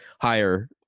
higher